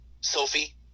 sophie